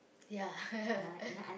ya